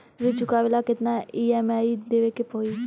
ऋण चुकावेला केतना ई.एम.आई देवेके होई?